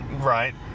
right